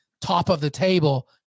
top-of-the-table